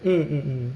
mm mm mm